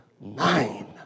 nine